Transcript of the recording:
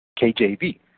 KJV